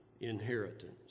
inheritance